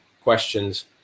questions